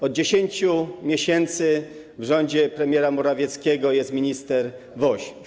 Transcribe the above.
Od 10 miesięcy w rządzie premiera Morawieckiego jest minister Woś.